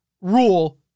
rule